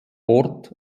ort